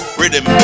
rhythm